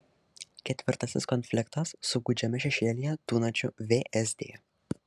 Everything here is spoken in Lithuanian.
ketvirtasis konfliktas su gūdžiame šešėlyje tūnančiu vsd